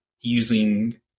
using